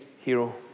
hero